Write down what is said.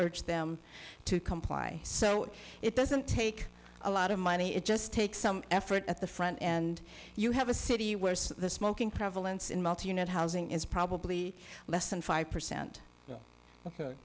urge them to comply so it doesn't take a lot of money it just takes some effort at the front and you have a city where the smoking prevalence in multi unit housing is probably less than five percent